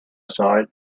side